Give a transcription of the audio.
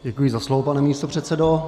Děkuji za slovo, pane místopředsedo.